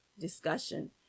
discussion